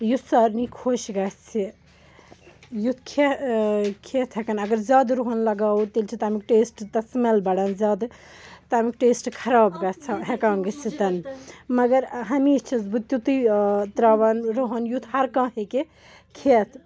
یُس سارنی خۄش گَژھِ یُتھ کھٮ۪تھ ہٮ۪کَن اگر زیادٕ رُہَن لَگاوو تیٚلہِ چھِ تَمیُک ٹیسٹ تَتھ سٕمٮ۪ل بَڑان زیادٕ تَمیُک ٹیسٹ خراب گژھان ہٮ۪کان گٔژھِتھ مگر ہمیشہ چھَس بہٕ تیُتُے ترٛاوان رُہَن یُتھ ہَر کانٛہہ ہیٚکہِ کھٮ۪تھ